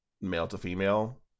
male-to-female